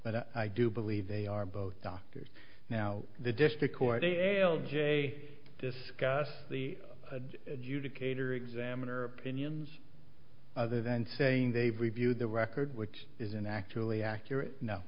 but i do believe they are both doctors now the district court a l j discuss the due to cater examiner opinions other than saying they've reviewed their record which isn't actually accurate no